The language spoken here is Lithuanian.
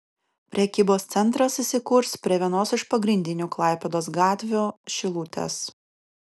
prekybos centras įsikurs prie vienos iš pagrindinių klaipėdos gatvių šilutės